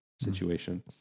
situation